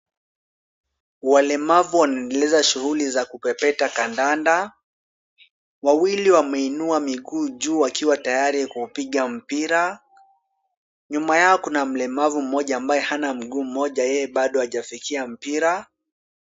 Walemavu wanaendeleza shughuli za kupepeta kandanda, wawili wameinua miguu juu wakiwa tayari kupiga mpira. Nyuma yao kuna mlemavu mmoja ambaye hana mguu mmoja. Yeye bado hajafikia mpira.